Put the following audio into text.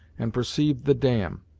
and perceived the dam,